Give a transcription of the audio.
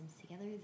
together